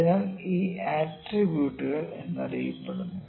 അതിനാൽ ഇവ ആട്രിബ്യൂട്ടുകൾ എന്നറിയപ്പെടുന്നു